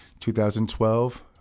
2012